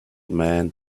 man